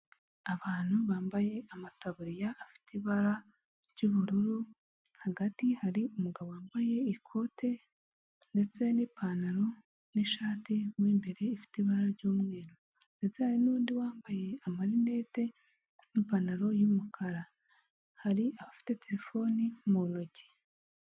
Abantu bambaye amataburiya afite ibara ry'ubururu hagati hari umugabo wambaye ikote ndetse n'ipantaro n'ishati mu imbere ifite ibara ry'umweru, ndetse hari n'undi wambaye amarinete n'ipantaro y'umukara hari abafite telefoni mu ntoki.